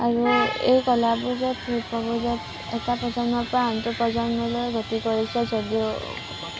আৰু এই কলাবোৰ শিল্পবোৰ এটা প্ৰজন্মৰ পৰা আনটো প্ৰজন্মলৈ গতি কৰিছে যদিও